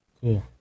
Cool